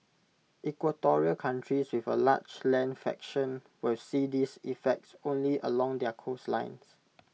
equatorial countries with A large land fraction will see these effects only along their coastlines